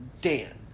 Dan